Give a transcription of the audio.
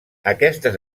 aquestes